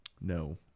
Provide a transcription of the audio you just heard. No